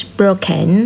broken